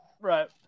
Right